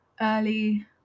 early